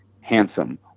handsome